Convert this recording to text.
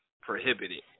prohibited